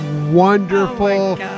wonderful-